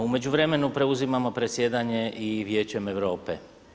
U međuvremenu preuzimamo predsjedanje i Vijećem Europe.